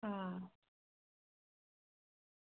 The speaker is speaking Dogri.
हां